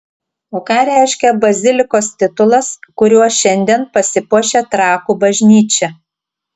o ką reiškia bazilikos titulas kuriuo šiandien pasipuošia trakų bažnyčia